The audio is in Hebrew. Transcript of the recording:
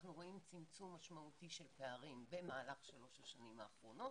אנחנו רואים צמצום משמעותי של פערים במהלך שלוש השנים האחרונות.